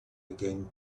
again